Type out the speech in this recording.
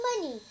money